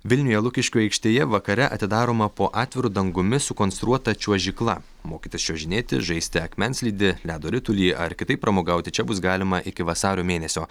vilniuje lukiškių aikštėje vakare atidaroma po atviru dangumi sukonstruota čiuožykla mokytis čiuožinėti žaisti akmenslydį ledo ritulį ar kitaip pramogauti čia bus galima iki vasario mėnesio